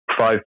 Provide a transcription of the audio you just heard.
five